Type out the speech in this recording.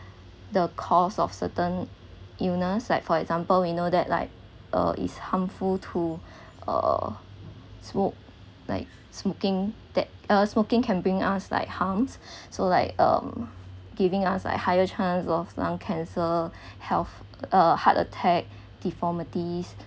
the cost of certain illness like for example we know that like uh it's harmful to uh smoke like smoking that uh smoking can bring us like harms so like um giving us like higher chance of lung cancer health uh heart attack deformities